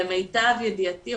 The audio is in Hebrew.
למיטב ידיעתי,